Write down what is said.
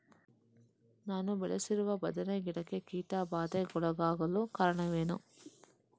ನಾನು ಬೆಳೆಸಿರುವ ಬದನೆ ಗಿಡಕ್ಕೆ ಕೀಟಬಾಧೆಗೊಳಗಾಗಲು ಕಾರಣವೇನು?